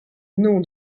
nom